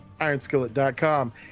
ironskillet.com